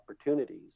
opportunities